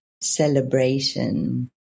celebration